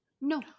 No